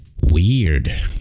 Weird